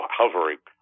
hovering